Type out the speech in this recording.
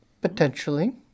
Potentially